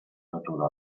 batuda